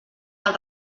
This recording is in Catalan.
del